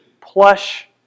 plush